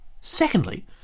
Secondly